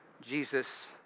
Jesus